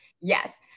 Yes